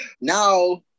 Now